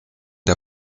der